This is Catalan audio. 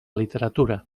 literatura